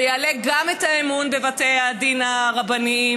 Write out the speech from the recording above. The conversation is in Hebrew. זה גם יעלה את האמון בבתי הדין הרבניים,